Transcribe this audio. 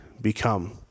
become